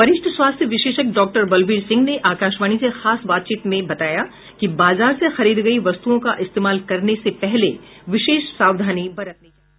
वरिष्ठ स्वास्थ्य विशेषज्ञ डॉ बलबीर सिंह ने आकाशवाणी से खास बातचीत में बताया कि बाजार से खरीदी गई वस्तुओं का इस्तेमाल करने से पहले विशेष सावधानी बरतनी चाहिए